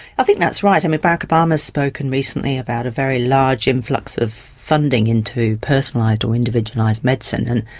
i think that's right. i mean, barack obama has spoken recently about a very large influx of funding into personalised or individualised medicine,